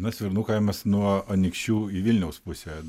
na svirnų kaimas nuo anykščių į vilniaus pusę